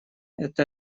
это